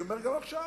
אני אומר גם עכשיו.